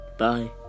Bye